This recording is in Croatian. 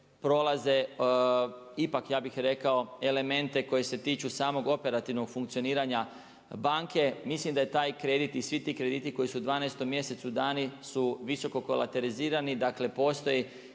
prolaze ipak ja bih rekao elemente koji se tiču samog operativnog funkcioniranja banke. Mislim da je taj kredit i svi ti krediti koji su u 12 mjesecu dani su visoko kolaterizirani. Dakle, postoje